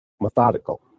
methodical